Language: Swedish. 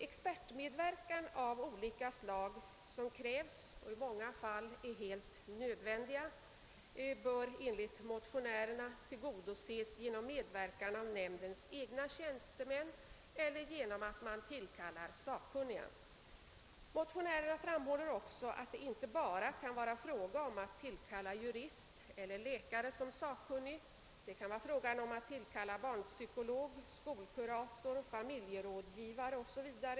Expertmedverkan av olika slag som krävs och i många fall är helt nödvändig bör enligt motionärerna tillgodoses genom medverkan av nämndens egna tjänstemän eller tillkallade sakkunniga. Motionärerna framhåller också att det inte bara kan vara fråga om att tillkalla jurist eller läkare som sakkunnig — det kan vara fråga om att tillkalla barnpsykolog, skolkurator, familjerådgivare o. s. Vv.